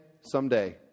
someday